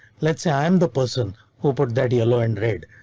let's say i'm the person who put that yellow and red.